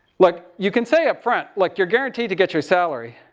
like, you can say up front, like, you're guaranteed to get your salary.